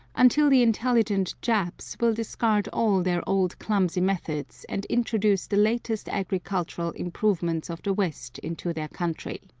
until the intelligent japs will discard all their old clumsy methods and introduce the latest agricultural improvements of the west into their country.